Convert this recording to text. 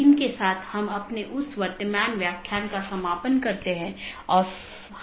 अब हम TCP IP model पर अन्य परतों को देखेंगे